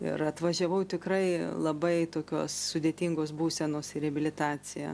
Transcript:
ir atvažiavau tikrai labai tokios sudėtingos būsenos į reabilitaciją